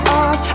off